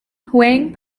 huang